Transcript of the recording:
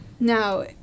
now